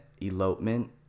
elopement